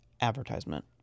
advertisement